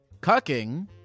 Cucking